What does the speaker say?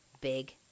big